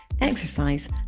exercise